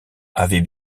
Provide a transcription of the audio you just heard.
avait